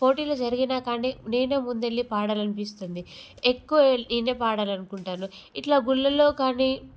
పోటీలు జరిగినా కానీ నేనే ముందెళ్ళి పాడాలనిపిస్తుంది ఎక్కువ నేనే పాడాలనుకుంటాను ఇలా గుళ్ళల్లో కానీ